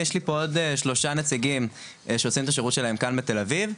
יש פה עוד שלושה נציגים שעושים את השירות שלהם כאן בתל אביב,